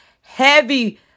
heavy